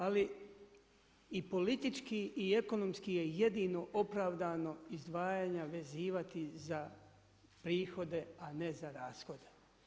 Ali i politički i ekonomski je jedino opravdano izdvajanja vezivati za prihode a ne za rashode.